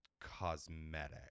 cosmetic